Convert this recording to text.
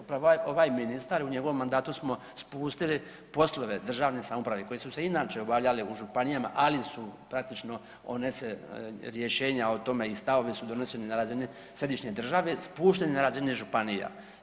Upravo ovaj ministar u njegovom mandatu smo spustili poslove državne samouprave koji su se inače obavljali u županijama, ali su praktično one se rješenja i stavove o tome su doneseni na razini središnje države spušteni na razini županija.